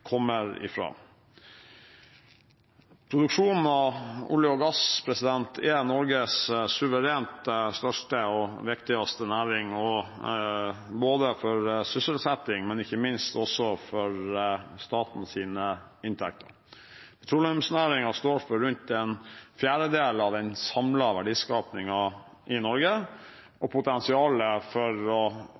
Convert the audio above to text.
kommer fra. Produksjonen av olje og gass er Norges suverent største og viktigste næring, både for sysselsetting og, ikke minst, for inntekter til staten. Petroleumsnæringen står for rundt en fjerdedel av den samlede verdiskapingen i Norge, og potensialet for å